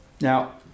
Now